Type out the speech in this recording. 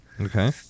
Okay